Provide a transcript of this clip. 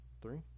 three